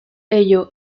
ello